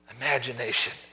Imagination